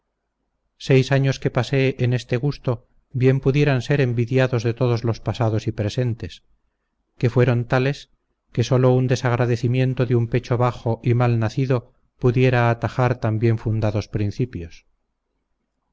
seis años que pasé en este gusto bien pudieran ser envidiados de todos los pasados y presentes que fueron tales que solo un desagradecimiento de un pecho bajo y mal nacido pudiera atajar tan bien fundados principios